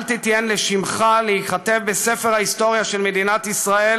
אל תיתן לשמך להיכתב בספר ההיסטוריה של מדינת ישראל